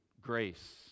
grace